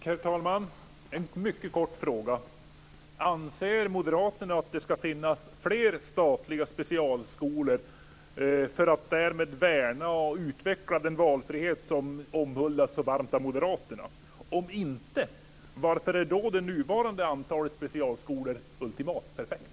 Herr talman! Anser moderaterna att det ska finnas fler statliga specialskolor för att därmed värna och utveckla den valfrihet som så varmt omhuldas av moderaterna? Om inte, varför är då det nuvarande antalet specialskolor ultimat perfekt?